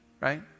right